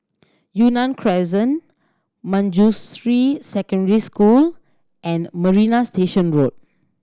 Yunnan Crescent Manjusri Secondary School and Marina Station Road